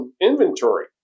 inventory